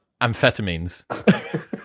amphetamines